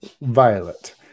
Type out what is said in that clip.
violet